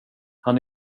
han